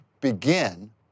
begin